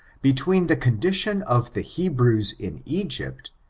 between the condition of the hebrews in egypt,